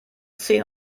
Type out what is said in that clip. zehn